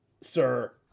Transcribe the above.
sir